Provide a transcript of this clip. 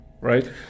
right